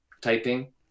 typing